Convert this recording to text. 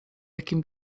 jakim